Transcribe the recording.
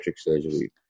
surgery